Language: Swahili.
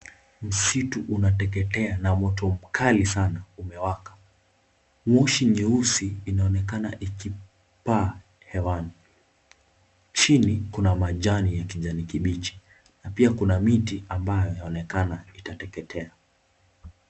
Msitu unateketea na moto mkali sana umewaka. Moshi nyeusi inaonekana ikipaa hewani. Chini kuna majani ya kijani kibichi na pia kuna miti ambayo yaonekana itateketea.